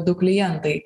du klientai